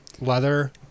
leather